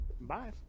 Bye